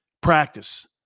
practice